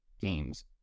games